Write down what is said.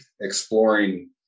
exploring